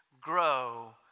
grow